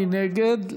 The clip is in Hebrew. מי נגד?